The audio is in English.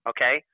Okay